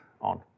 on